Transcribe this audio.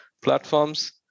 platforms